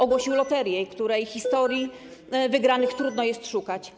Ogłosił loterię, w której historii wygranych trudno jest szukać.